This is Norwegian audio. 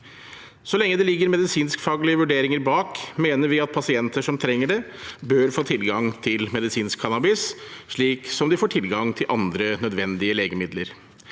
Så lenge det ligger medisinskfaglige vurderinger bak, mener vi at pasienter som trenger det, bør få tilgang til medisinsk cannabis, slik som de får tilgang til andre nødvendige legemidler.